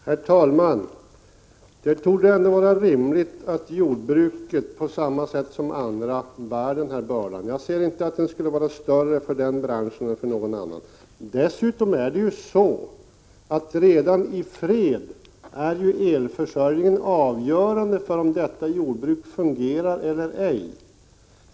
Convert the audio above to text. Herr talman! Det torde ändå vara rimligt att jordbruket på samma sätt som andra bär denna börda. Jag ser inte att den skulle vara större för den branschen än för någon annan bransch. Dessutom är elförsörjningen redan i fredstid avgörande för om detta jordbruk fungerar eller ej.